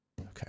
Okay